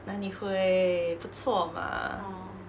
哪里会不错嘛